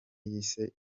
yise